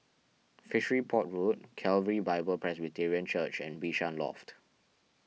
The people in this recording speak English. Fishery Port Road Calvary Bible Presbyterian Church and Bishan Loft